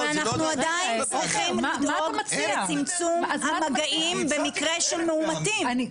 אבל אנחנו עדיין צריכים לדאוג לצמצום המגעים במקרה של מאומתים.